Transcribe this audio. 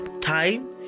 time